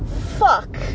fuck